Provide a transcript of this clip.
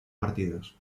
partidos